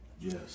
Yes